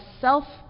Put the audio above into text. self